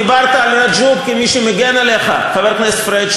דיברת על רג'וב כמי שמגן עליך, חבר הכנסת פריג'.